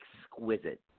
exquisite